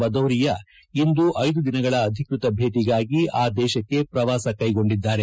ಭದೌರಿಯಾ ಇಂದು ಐದು ದಿನಗಳ ಅಧಿಕೃತ ಭೇಟಿಗಾಗಿ ಆ ದೇಶಕ್ಕೆ ಪ್ರವಾಸ ಕೈಗೊಂಡಿದ್ದಾರೆ